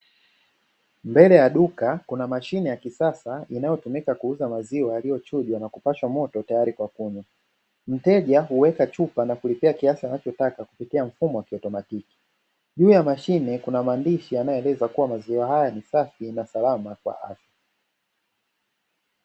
Mbele ya duka, kuna mashine ya kisasa inayotumika kuuza maziwa yaliyochujwa na kupashwa moto tayari kwa kunywa. Mteja huweka chupa na kulipia kiasi anachotaka kwa kupitia mfumo wa kiaotomatiki, juu ya mashine kuna maandishi yanayoeleza kuwa maziwa haya ni masafi na ni salama kwa afya.